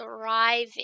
thriving